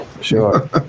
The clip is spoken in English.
sure